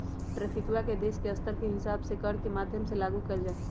ट्रैफिकवा के देश के स्तर के हिसाब से कर के माध्यम से लागू कइल जाहई